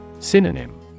synonym